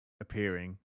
appearing